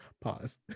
Pause